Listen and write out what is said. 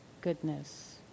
goodness